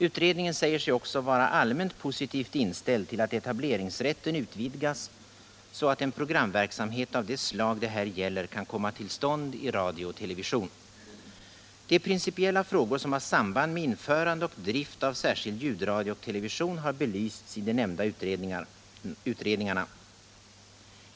Utredningen säger sig också vara allmänt positivt inställd till att etableringsrätten utvidgas så att en programverksamhet av det slag det här gäller kan komma till stånd i radio och television. De principiella frågor som har samband med införande och drift av särskild ljudradio och television har belysts i de nämnda utredningarna.